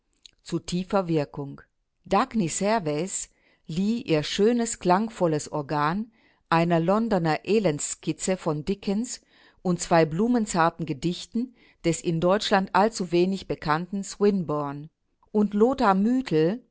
zu tiefer wirkung dagny servaes lieh ihr schönes klangvolles organ einer londoner elendsskizze von dickens und zwei blumenzarten gedichten des in deutschland allzu wenig bekannten swinburne und lothar müthel